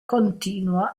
continua